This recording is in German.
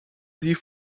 sie